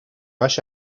rush